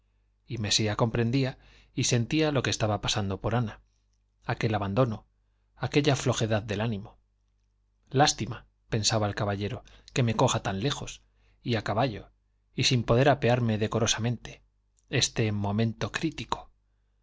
y mesía comprendía y sentía lo que estaba pasando por ana aquel abandono aquella flojedad del ánimo lástima pensaba el caballero que me coja tan lejos y a caballo y sin poder apearme decorosamente este momento crítico